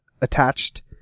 attached